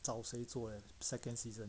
找谁做 second season